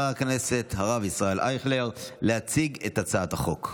הכנסת הרב ישראל אייכלר להציג את הצעת החוק.